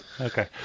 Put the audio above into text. Okay